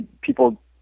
people